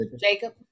Jacob